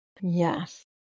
yes